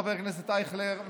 חבר הכנסת אייכלר,